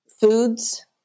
foods